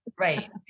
right